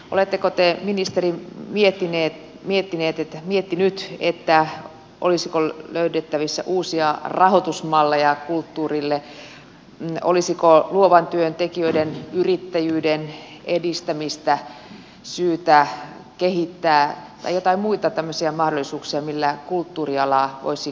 oletteko te ministeri miettinyt olisiko löydettävissä uusia rahoitusmalleja kulttuurille olisiko luovan työn tekijöiden yrittäjyyden edistämistä syytä kehittää tai jotain muita tämmöisiä mahdollisuuksia millä kulttuuriala voisi kukoistaa jatkossakin